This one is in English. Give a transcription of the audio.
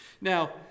Now